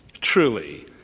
Truly